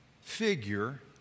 figure